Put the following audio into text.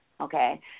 okay